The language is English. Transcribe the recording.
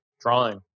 drawing